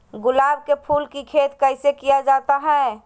गुलाब के फूल की खेत कैसे किया जाता है?